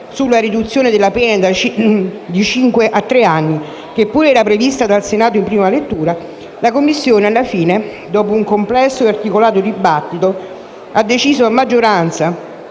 sulla riduzione della pena da cinque a tre anni, che pure era stata prevista dal Senato in prima lettura, la Commissione, alla fine, dopo un complesso ed articolato dibattito, ha deciso a maggioranza,